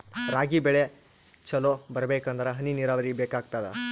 ರಾಗಿ ಬೆಳಿ ಚಲೋ ಬರಬೇಕಂದರ ಹನಿ ನೀರಾವರಿ ಬೇಕಾಗತದ?